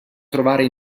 trovare